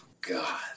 God